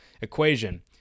equation